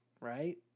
Right